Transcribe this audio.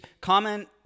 comment